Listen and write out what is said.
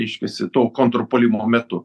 reiškiasi to kontrpuolimo metu